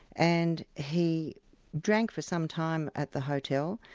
and he drank for some time at the hotel,